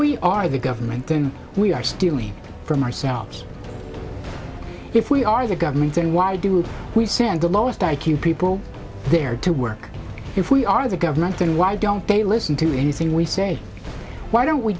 we are the government then we are stealing from ourselves if we are the government then why do we send the lowest i q people there to work if we are the government then why don't they listen to anything we say why don't we